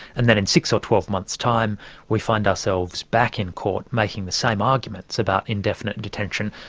and then in six or twelve months' time we find ourselves back in court making the same arguments about indefinite detention,